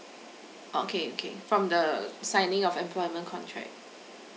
okay okay from the signing of employment contract